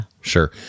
sure